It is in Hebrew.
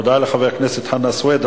תודה לחבר הכנסת חנא סוייד.